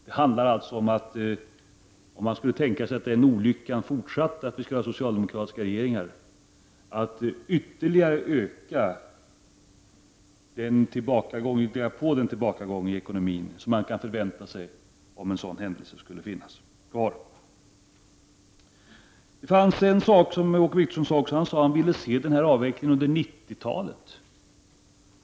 Det handlar alltså om att ytterligare fördjupa den tillbakagång i ekonomin som man kan vänta sig om den olyckan skulle inträffa att den socialdemokratiska regeringen sitter kvar. Åke Wictorsson sade också att han ville se den här avvecklingen under 1990-talet.